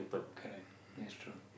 correct it's true